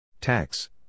Tax